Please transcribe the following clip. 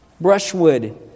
Brushwood